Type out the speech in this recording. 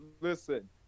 Listen